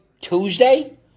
Tuesday